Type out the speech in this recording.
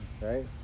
right